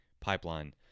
pipeline